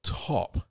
top